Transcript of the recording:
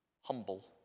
humble